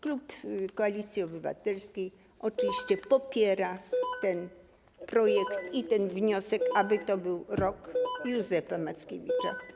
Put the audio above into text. Klub Koalicji Obywatelskiej oczywiście popiera ten projekt i ten wniosek, aby to był Rok Józefa Mackiewicza.